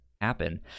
happen